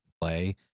play